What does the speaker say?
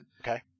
Okay